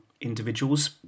individuals